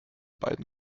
beiden